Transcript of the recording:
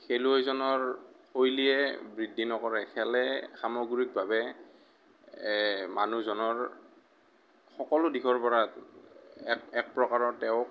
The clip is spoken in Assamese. খেলুৱৈজনৰ শৈলীয়ে বৃদ্ধি নকৰে খেলে সামগ্ৰিকভাৱে মানুহজনৰ সকলো দিশৰ পৰা এক এক প্ৰকাৰৰ তেওঁক